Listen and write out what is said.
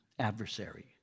adversary